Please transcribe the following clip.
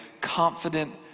confident